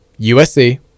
USC